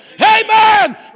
Amen